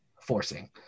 forcing